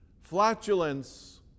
Flatulence